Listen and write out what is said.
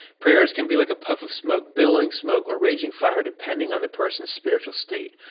prayers can be like a puff of smoke, billowing smoke, or raging fire depending on the person's spiritual state.